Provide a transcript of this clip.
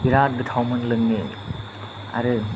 बिराद गोथावमोन लोंनो आरो